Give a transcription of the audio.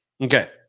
Okay